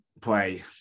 play